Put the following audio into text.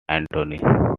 antony